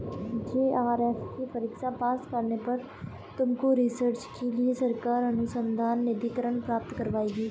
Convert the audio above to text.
JRF की परीक्षा pass करने पर तुमको रिसर्च के लिए सरकार अनुसंधान निधिकरण प्राप्त करवाएगी